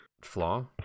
flaw